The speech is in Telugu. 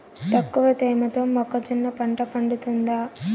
తక్కువ తేమతో మొక్కజొన్న పంట పండుతుందా?